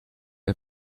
der